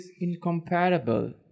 incomparable